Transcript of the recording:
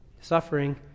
suffering